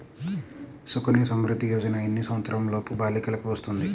సుకన్య సంవృధ్ది యోజన ఎన్ని సంవత్సరంలోపు బాలికలకు వస్తుంది?